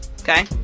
okay